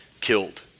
killed